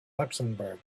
luxembourg